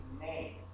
name